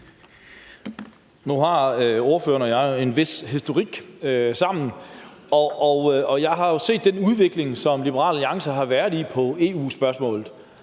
Nu har ordføreren og jeg jo en vis historik sammen, og jeg har set den udvikling, som Liberal Alliance har har haft i EU-spørgsmålet,